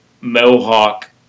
Mohawk